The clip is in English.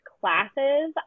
classes